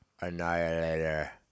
Annihilator